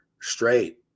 straight